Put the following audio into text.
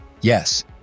yes